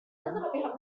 them